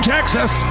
Texas